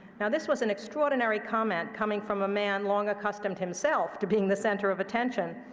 now, this was an extraordinary comment coming from a man long accustomed himself to being the center of attention,